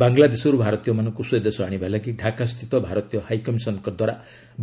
ବାଙ୍ଗଲାଦେଶରୁ ଭାରତୀୟମାନଙ୍କୁ ସ୍ୱଦେଶ ଆଶିବା ଲାଗି ଢାକା ସ୍ଥିତ ଭାରତୀୟ ହାଇକମିଶନ୍ଙ୍କ ଦ୍ୱାରା